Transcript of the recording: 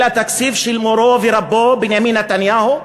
אלא תקציב של מורו ורבו בנימין נתניהו,